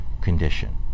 condition